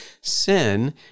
Sin